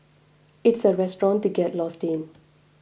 it's a restaurant to get lost in